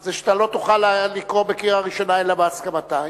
זה שאתה לא תוכל לקרוא בקריאה ראשונה אלא בהסכמתה,